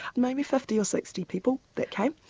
maybe fifty or sixty people that came.